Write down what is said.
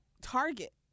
target